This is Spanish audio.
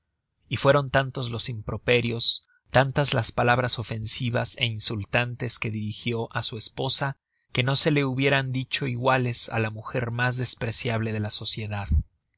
y fueron tantos los improperios tantas las palabras ofensivas é insultantes que dirigió á su esposa que no se le hubieran dicho iguales á la muger mas despreciable de la sociedad